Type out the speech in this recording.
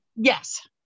Yes